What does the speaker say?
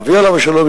אבי עליו השלום,